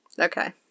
Okay